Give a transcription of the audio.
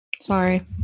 Sorry